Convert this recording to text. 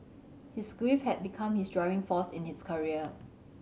his grief had become his driving force in his career